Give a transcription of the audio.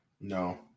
No